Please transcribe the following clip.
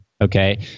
Okay